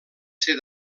ser